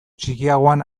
txikiagoan